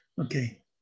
Okay